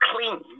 clean